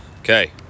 Okay